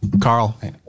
Carl